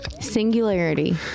Singularity